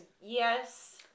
Yes